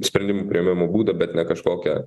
sprendimų priėmimo būdą bet ne kažkokią